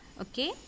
okay